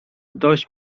dość